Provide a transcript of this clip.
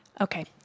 okay